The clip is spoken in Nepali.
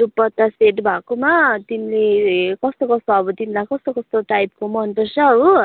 दुपट्टा सेट भएकोमा तिमीले कस्तो कस्तो अब तिमीलाई कस्तो कस्तो टाइपको मनपर्छ हो